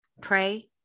pray